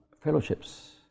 fellowships